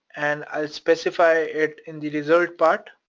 and i'll specify it in the result part,